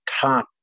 top